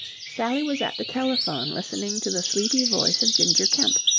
sally was at the telephone listening to the sleepy voice of ginger kemp,